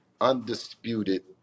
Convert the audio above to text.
undisputed